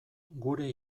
gure